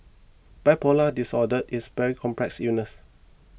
bipolar disorder is very complex illness